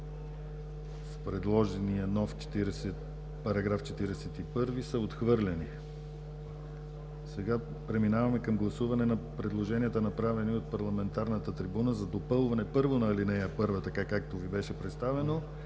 Преминаваме към гласуване на предложенията, направени от парламентарната трибуна за допълване на ал. 1, както Ви беше представено